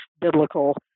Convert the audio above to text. biblical